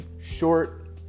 short